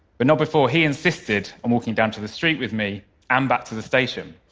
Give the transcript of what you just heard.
but not before he insisted on walking down to the street with me and back to the station.